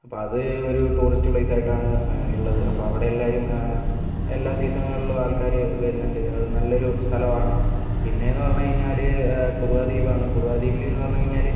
അപ്പം അത് ഒരു ടൂറിസ്റ്റ് പ്ലേസ് ആയിട്ടാണ് ഉള്ളത് അപ്പോൾ അവിടെ എല്ലാവരും എല്ലാ സീസണുകളിലും ആൾക്കാർ വരുന്നുണ്ട് അത് നല്ലൊരു സ്ഥലമാണ് പിന്നെയെന്ന് പറഞ്ഞുകഴിഞ്ഞാൽ കുറുവ ദ്വീപ് ആണ് കുറുവ ദ്വീപിലെന്ന് പറഞ്ഞുകഴിഞ്ഞാൽ